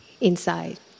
inside